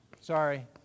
Sorry